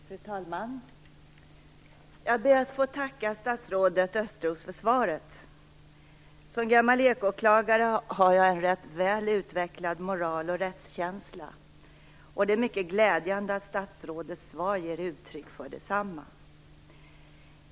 Fru talman! Jag ber att få tacka statsrådet Östros för svaret. Som gammal eko-åklagare har jag en rätt väl utvecklad moral och rättskänsla. Det är mycket glädjande att statsrådets svar ger uttryck för detsamma.